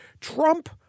Trump